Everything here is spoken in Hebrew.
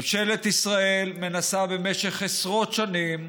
ממשלת ישראל מנסה במשך עשרות שנים,